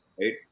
right